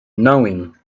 knowing